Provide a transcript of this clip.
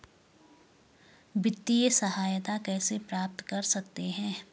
वित्तिय सहायता कैसे प्राप्त कर सकते हैं?